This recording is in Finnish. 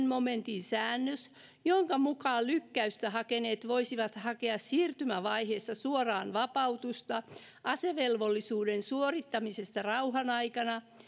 momentin säännös jonka mukaan lykkäystä hakeneet voisivat hakea siirtymävaiheessa suoraan vapautusta asevelvollisuuden suorittamisesta rauhan aikana